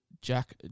Jack